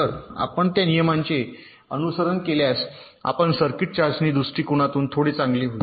तर आपण त्या नियमांचे अनुसरण केल्यास आपल्या सर्किट चाचणी दृष्टिकोनातून थोडे चांगले होईल